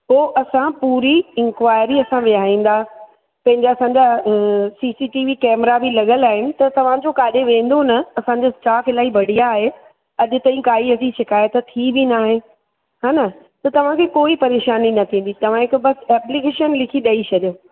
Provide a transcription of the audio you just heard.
पोइ असां पूरी इंक्वाएरी असां वेहारींदा पंहिंजा सॼा C C T V camera बि लॻल आहिनि त तव्हांजो काॾे वेंदो न असांजो स्टाफ़ इलाही बढ़िया आहे अॼु ताईं काई अहिड़ी शिकाइत त थी बि न आहे हा न त तव्हांखे कोई परेशानी न थींदी तव्हां हिक बसि एप्लीकेशन लिखी ॾई छॾियो